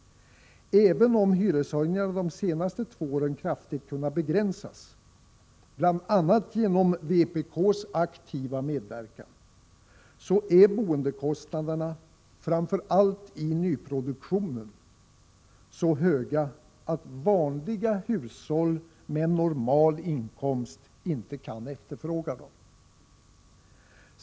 Även om hyreshöjningarna de senaste två åren kraftigt har kunnat begränsas — bl.a. genom vpk:s aktiva medverkan — är boendekostnaderna, framför allt i nyproduktionen, så höga att vanliga hushåll med normal inkomst inte kan efterfråga de dyrbara bostäderna.